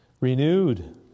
renewed